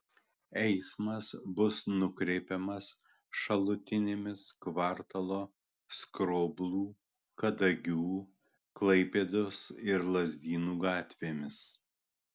eismas bus nukreipiamas šalutinėmis kvartalo skroblų kadagių klaipėdos ir lazdynų gatvėmis